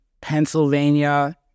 Pennsylvania